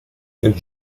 quel